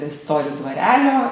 istorijų dvarelio